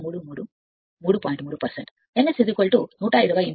3 n S 120 f P